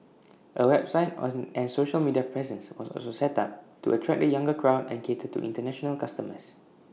A website oils and social media presence was also set up to attract the younger crowd and cater to International customers